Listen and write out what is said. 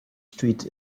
street